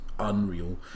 Unreal